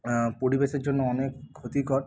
পরিবেশের জন্য অনেক ক্ষতিকর